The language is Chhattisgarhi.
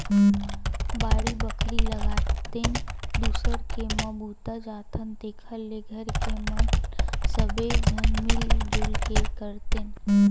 बाड़ी बखरी लगातेन, दूसर के म बूता जाथन तेखर ले घर के म सबे झन मिल जुल के करतेन